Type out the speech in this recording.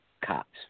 cops